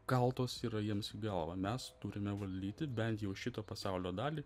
kaltos yra jiems į galvą mes turime valdyti bent jau šitą pasaulio dalį